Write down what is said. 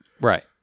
Right